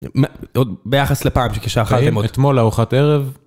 ביחס לפעם שקישה חיים אתמול ארוחת ערב.